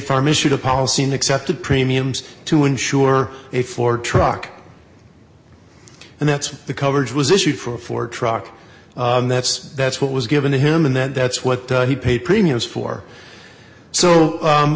farm issued a policy and accepted premiums to insure a ford truck and that's the coverage was issued for a ford truck that's that's what was given to him and that's what he paid premiums for so